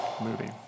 movie